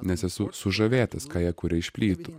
nes esu sužavėtas ką jie kuria iš plytų